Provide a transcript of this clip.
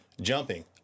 Jumping